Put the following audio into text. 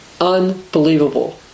Unbelievable